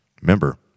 remember